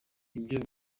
nibyo